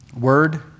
word